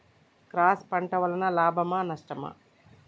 Cross పంట వలన లాభమా నష్టమా?